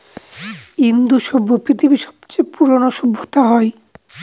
ইন্দু সভ্য পৃথিবীর সবচেয়ে পুরোনো সভ্যতা হয়